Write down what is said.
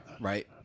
Right